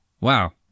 Wow